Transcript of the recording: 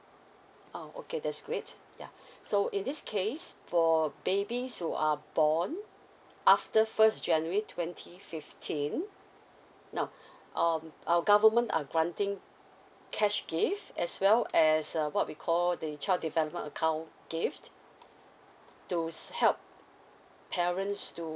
oh okay that's great ya so in this case for babies who are born after first january twenty fifteen now um our government are granting cash gift as well as uh what we call the child development account gift to help parents to